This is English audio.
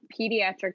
Pediatric